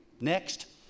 next